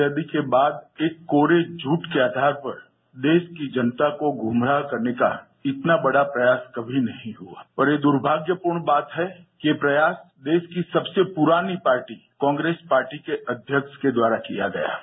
आजादी के बाद एक कोरे झूठ के आधार पर देश की जनता को गुमराह करने का इतना बड़ा प्रयास कभी नहीं हुआ और यह दुर्भाग्यपूर्ण बात है कि ये प्रयास देश की सबसे पुरानी पार्टी कांग्रेस पार्टी के अध्यक्ष के द्वारा किया गया है